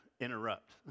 interrupt